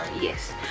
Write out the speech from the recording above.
yes